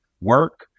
work